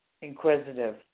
inquisitive